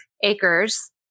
acres